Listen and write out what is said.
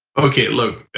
okay, look,